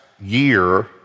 year